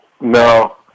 No